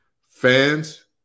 Fans